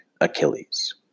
Achilles